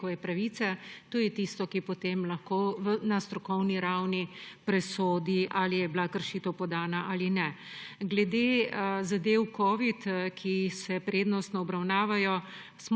človekove pravice. To je tisto, ki potem lahko na strokovni ravni presodi, ali je bila kršitev podana ali ne. Glede zadev covid, ki se prednostno obravnavajo,